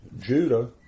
Judah